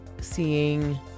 seeing